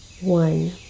one